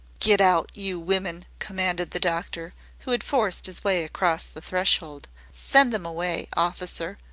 get out, you women, commanded the doctor, who had forced his way across the threshold send them away, officer,